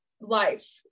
life